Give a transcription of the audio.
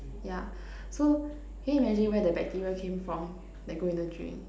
yeah so can you imagine where the bacteria came from that go in the drink